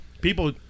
people